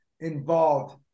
involved